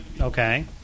Okay